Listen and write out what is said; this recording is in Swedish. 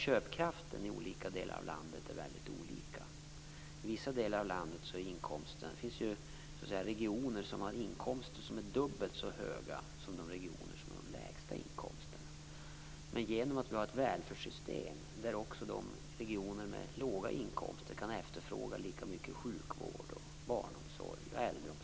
Köpkraften är väldigt skiftande i olika delar av landet. Det finns regioner som har dubbelt så höga inkomster som de regioner som har de lägsta inkomsterna. Vi har ett välfärdssystem där regioner med låga inkomster kan efterfråga lika mycket av sjukvård, barnomsorg och äldreomsorg.